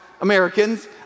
Americans